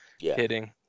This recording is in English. hitting